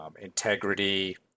integrity